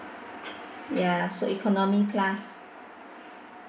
ya so economy class